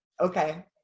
okay